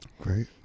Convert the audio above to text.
great